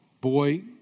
Boy